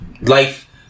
life